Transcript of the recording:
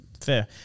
fair